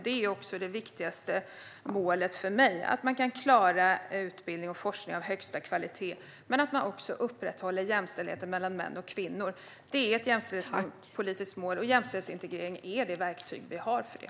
Det är också det viktigaste målet för mig - att man kan klara utbildning och forskning av högsta kvalitet men att man också upprätthåller jämställdheten mellan män och kvinnor. Det är ett jämställdhetspolitiskt mål, och jämställdhetsintegrering är det verktyg vi har för det.